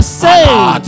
save